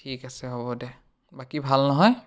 ঠিক আছে হ'ব দে বাকী ভাল নহয়